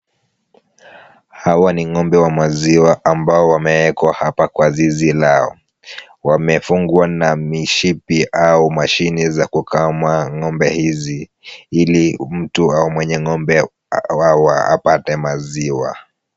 Hawa ni ng'ombe wa maziwa ambao wamewekwa hapa kwa zizi lao. Wamafungwa na mishipi au mashini za kukama ng'ombe hizi ili mtu mwenye ng'ombe apate maziwa.